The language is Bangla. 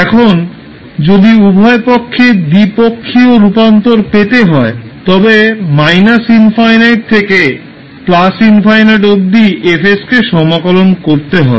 এখন যদি উভয় পক্ষে দ্বিপক্ষীয় রূপান্তর পেতে হয় তবে ∞থেকে ∞ অবধি F কে সমাকলন করতে হবে